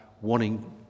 wanting